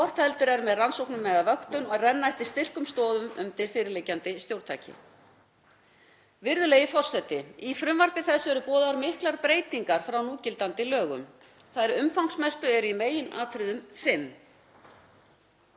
hvort heldur er með rannsóknum eða vöktun, til að renna styrkum stoðum undir fyrirliggjandi stjórntæki. Virðulegi forseti. Í frumvarpi þessu eru boðaðar miklar breytingar frá núgildandi lögum. Þær umfangsmestu eru í meginatriðum